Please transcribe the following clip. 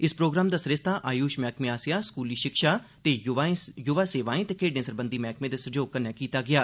इस प्रोग्राम दा सरिस्ता आयूष मैह्कमे आसेआ स्कूली शिक्षा ते युवा सेवाएं ते स्वेद्दें सरबंधी मैह्कमें दे सैह्योग कन्नै कीता गेआ